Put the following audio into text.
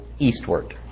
eastward